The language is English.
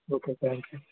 okay thank you